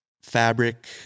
Fabric